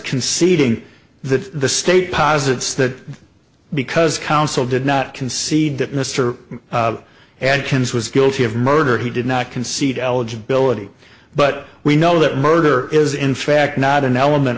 conceding that the state posits that because counsel did not concede that mr adkins was guilty of murder he did not concede eligibility but we know that murder is in fact not an element